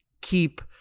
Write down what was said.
keep